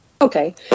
Okay